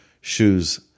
shoes